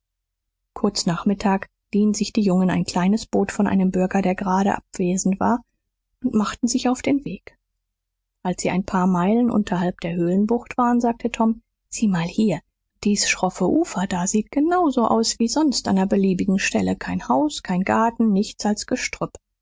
kurz nach mittag liehen sich die jungen ein kleines boot von einem bürger der gerade abwesend war und machten sich auf den weg als sie ein paar meilen unterhalb der höhlenbucht waren sagte tom sieh mal hier dies schroffe ufer da sieht genau so aus wie sonst an ner beliebigen stelle kein haus kein garten nichts als gestrüpp